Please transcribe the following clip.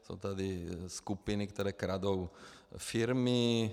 Jsou tady skupiny, které kradou firmy.